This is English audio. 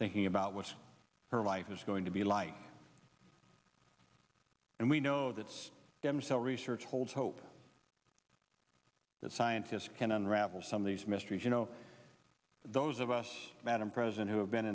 thinking about what her life is going to be light and we know that's damn cell research holds hope that scientists can unravel some of these mysteries you know those of us madam president who have been